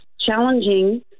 challenging